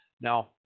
Now